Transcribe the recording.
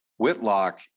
Whitlock